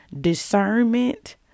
discernment